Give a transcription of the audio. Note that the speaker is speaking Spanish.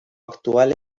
actual